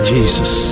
Jesus